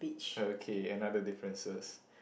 oh okay another differences